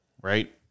right